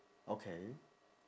okay